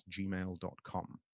gmail.com